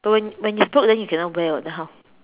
but when when it's broke then you cannot wear [what] then how